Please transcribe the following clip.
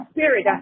Spirit